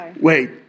Wait